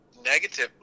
negatively